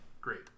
Great